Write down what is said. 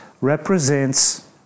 represents